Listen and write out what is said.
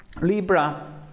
libra